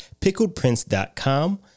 pickledprince.com